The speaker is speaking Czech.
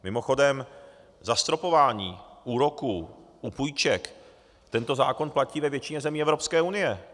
Mimochodem, zastropování úroků u půjček tento zákon platí ve většině zemí Evropské unie.